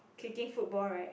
kicking football right